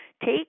Take